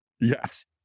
Yes